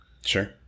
Sure